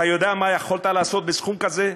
אתה יודע מה יכולת לעשות בסכום כזה?